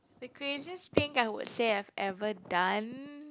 the craziest thing I would say I've ever done